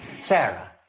Sarah